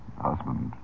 husband